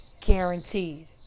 Guaranteed